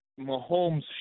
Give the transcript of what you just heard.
Mahomes